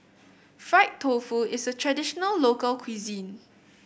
Fried Tofu is a traditional local cuisine